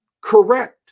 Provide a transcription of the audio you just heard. correct